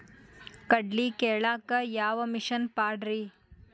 ಕಡ್ಲಿ ಕೇಳಾಕ ಯಾವ ಮಿಷನ್ ಪಾಡ್ರಿ?